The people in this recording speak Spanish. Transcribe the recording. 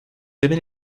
deben